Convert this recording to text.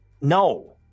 No